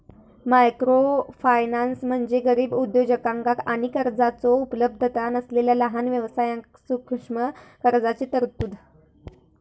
microfinance म्हणजे गरीब उद्योजकांका आणि कर्जाचो उपलब्धता नसलेला लहान व्यवसायांक सूक्ष्म कर्जाची तरतूद